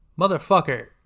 motherfucker